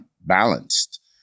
balanced